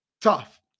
Tough